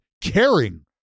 caring